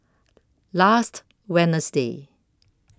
last Wednesday